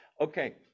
Okay